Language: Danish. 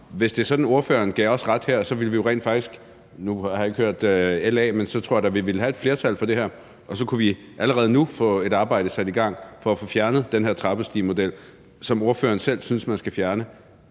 Hvis det er sådan, at ordføreren gav os ret her, tror jeg rent faktisk, at vi ville – nu har jeg ikke hørt LA – have et flertal for det her, og så kunne vi allerede nu få sat et arbejde i gang for at få fjernet den her trappestigemodel, som ordføreren selv synes man skal fjerne.